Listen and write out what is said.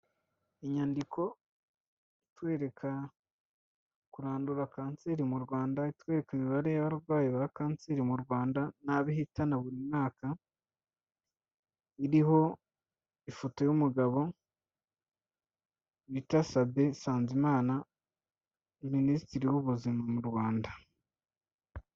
Inyandiko itwereka kurandura kanseri mu Rwanda, itwereka imibare y'abarwayi ba kanseri mu Rwanda n'abo ihitana buri mwaka, iriho ifoto y'umugabo bita Sabe Nsanzimana, ni minisitiri w'ubuzima mu Rwanda.